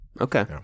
Okay